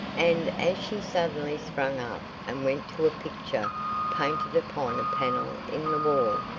and as she suddenly sprang up, and went to a picture painted upon a panel in the wall,